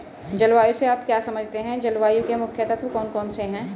जलवायु से आप क्या समझते हैं जलवायु के मुख्य तत्व कौन कौन से हैं?